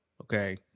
Okay